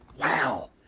Wow